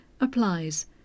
applies